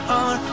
on